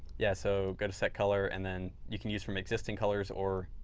yeah, so go to set color and then you can use from existing colors or